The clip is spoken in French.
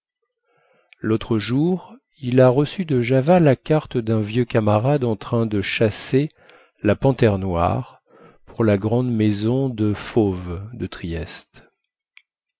lautre jour il a reçu de java la carte dun vieux camarade en train de chasser la panthère noire pour la grande maison de fauves de trieste